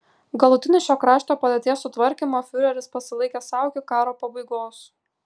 galutinį šio krašto padėties sutvarkymą fiureris pasilaikė sau iki karo pabaigos